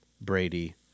Brady—